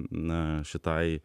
na šitai